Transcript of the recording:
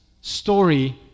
story